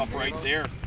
um right there!